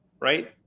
Right